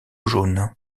jaune